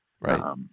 Right